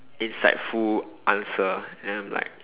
insightful answer and I'm like